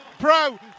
pro